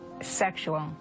sexual